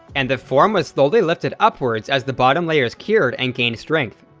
and the form was slowly lifted upwards as the bottom layers cured and gained strength.